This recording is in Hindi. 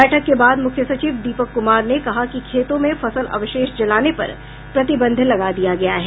बैठक के बाद मुख्य सचिव दीपक कुमार ने कहा कि खेतों में फसल अवशेष जलाने पर प्रतिबंध लगा दिया गया है